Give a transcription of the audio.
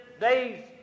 days